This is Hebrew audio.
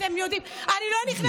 אתם יודעים, אני לא נכנסת לוויכוחים.